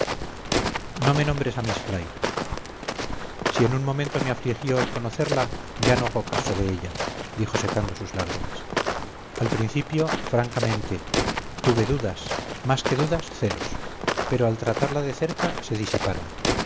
si en un momento me afligió el conocerla ya no hago caso de ella dijo secando sus lágrimas al principio francamente tuve dudas más que dudas celos pero al tratarla de cerca se disiparon